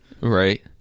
Right